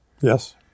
Yes